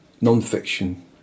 non-fiction